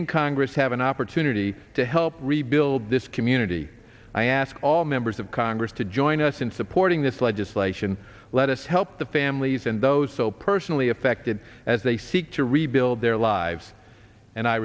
in congress have an opportunity to help rebuild this community i ask all members of congress to join us in supporting this legislation let us help the families and those so personally affected as they seek to rebuild their lives and i